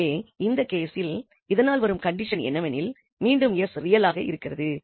எனவே இந்த கேசில் இதனால் வரும் கண்டிஷன் என்னவெனில் மீண்டும் 𝑠 ரியலாக இருக்கிறது